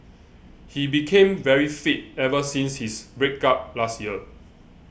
he became very fit ever since his break up last year